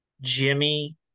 Jimmy